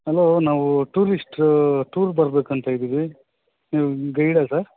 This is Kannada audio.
ಅಲೋ ನಾವು ಟೂರಿಸ್ಟ್ ಟೂರ್ ಬರ್ಬೇಕು ಅಂತ ಇದ್ದೀವಿ ನೀವು ಗೈಡಾ ಸರ್